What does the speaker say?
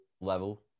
Level